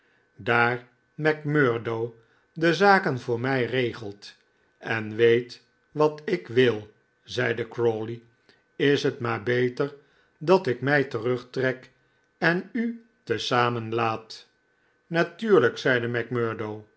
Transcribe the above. daar macmurdo de zaken voor mij regelt en weet wat ik wil zeide crawley is het maar beter dat ik mij terugtrek en u te zamen laat natuurlijk zeide macmurdo